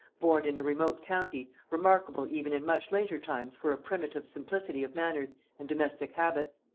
born in a remote county, remarkable even in much later times for a primitive simplicity of manners and domestic habits.